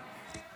הצעת